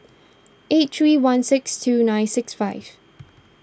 eight three one six two nine six five